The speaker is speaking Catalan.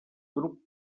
grup